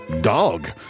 dog